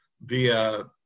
via